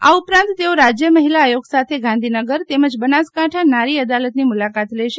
આ ઉપરાંત તેઓ રાજય મહિલા આયોગ સાથે ગાંધીનગર તેમજ બનાસકાંઠા નારી અદાલતની મુલાકાત લેશે